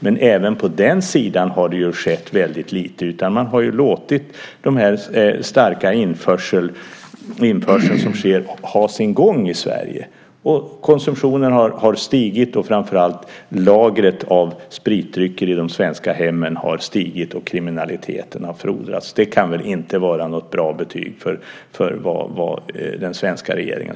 Men även på den sidan har det skett väldigt lite. Man har låtit den starka införseln ha sin gång i Sverige. Konsumtionen har stigit, och framför allt har lagret av spritdrycker i de svenska hemmen ökat och kriminaliteten frodats. Det kan väl inte vara något bra betyg för den svenska regeringen.